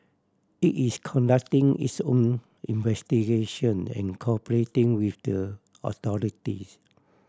it is conducting its own investigation and cooperating with the authorities